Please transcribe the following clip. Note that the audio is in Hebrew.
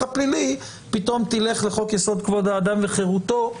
הפלילי פתאום תלך לחוק-יסוד: כבוד האדם וחירותו.